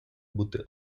бути